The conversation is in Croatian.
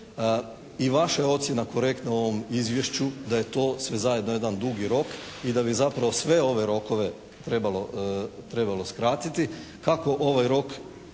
I vaša je ocjena korektna u ovom Izvješću, da je to sve zajedno jedan dugi rok i da bi zapravo sve ove rokove trebalo skratiti, kako ovaj rok